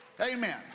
Amen